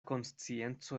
konscienco